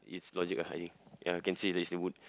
it's logic ah ya can see that it's a wood